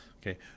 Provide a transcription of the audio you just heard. Okay